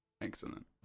excellent